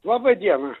labą dieną